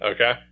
Okay